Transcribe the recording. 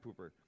pooper